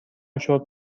شرت